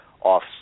off